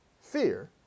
fear